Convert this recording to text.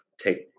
take